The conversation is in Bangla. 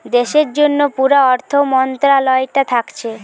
দেশের জন্যে পুরা অর্থ মন্ত্রালয়টা থাকছে